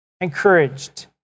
encouraged